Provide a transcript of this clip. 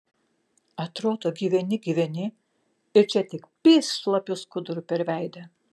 atrodo gyveni gyveni ir čia tik pyst šlapiu skuduru per veidą